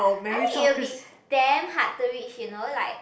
I think it will be damn hard to reach you know like